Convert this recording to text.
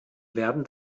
werden